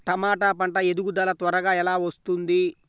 టమాట పంట ఎదుగుదల త్వరగా ఎలా వస్తుంది?